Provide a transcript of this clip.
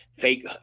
fake